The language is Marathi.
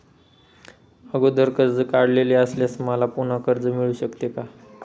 अगोदर कर्ज काढलेले असल्यास मला पुन्हा कर्ज मिळू शकते का?